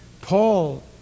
Paul